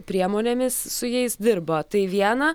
priemonėmis su jais dirba tai viena